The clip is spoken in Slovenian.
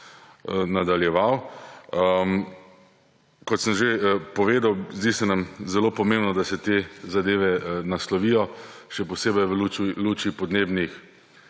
nadaljeval. Kot sem že povedal, zdi se nam zelo pomembno, da se te zadeve naslovijo, še posebej v luči podnebnih